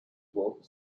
box